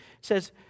says